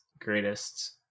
greatest